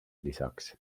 lisaks